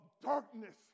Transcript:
darkness